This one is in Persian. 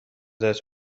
دست